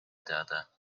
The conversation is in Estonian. teada